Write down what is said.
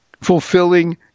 fulfilling